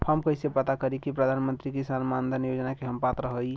हम कइसे पता करी कि प्रधान मंत्री किसान मानधन योजना के हम पात्र हई?